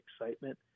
excitement